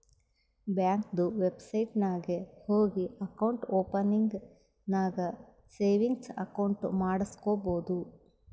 ಬ್ಯಾಂಕ್ದು ವೆಬ್ಸೈಟ್ ನಾಗ್ ಹೋಗಿ ಅಕೌಂಟ್ ಓಪನಿಂಗ್ ನಾಗ್ ಸೇವಿಂಗ್ಸ್ ಅಕೌಂಟ್ ಮಾಡುಸ್ಕೊಬೋದು